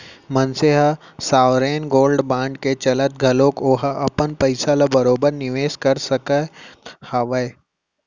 मनसे ह sovereign gold bond के चलत घलोक ओहा अपन पइसा ल बरोबर निवेस कर सकत हावय